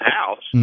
House